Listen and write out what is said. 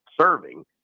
serving